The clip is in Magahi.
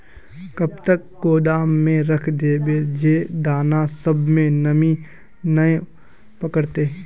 कब तक गोदाम में रख देबे जे दाना सब में नमी नय पकड़ते?